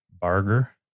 Barger